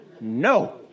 No